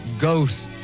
Ghosts